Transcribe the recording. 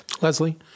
Leslie